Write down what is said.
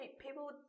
people